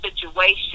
situation